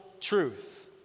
truth